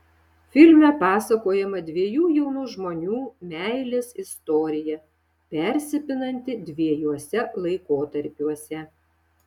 filme pasakojama dviejų jaunų žmonių meilės istorija persipinanti dviejuose laikotarpiuose